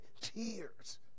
tears